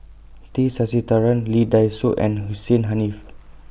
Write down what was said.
T Sasitharan Lee Dai Soh and Hussein Haniff